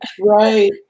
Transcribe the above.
right